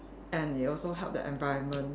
and it also help the environment